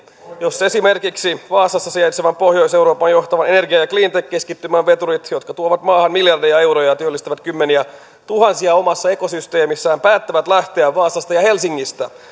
jos esimerkiksi vaasassa sijaitsevan pohjois euroopan johtavan energia ja cleantech keskittymän veturit jotka tuovat maahan miljardeja euroja työllistävät kymmeniätuhansia omassa ekosysteemissään päättävät lähteä vaasasta ja helsingistä